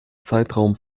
zeitraum